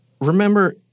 Remember